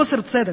בחוסר צדק,